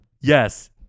yes